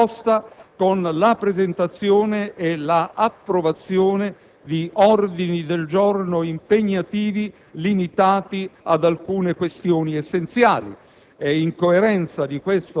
una prima risposta con la presentazione e l'approvazione di ordini del giorno impegnativi, limitati ad alcune questione essenziali.